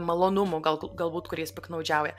malonumų gal galbūt kuriais piktnaudžiauja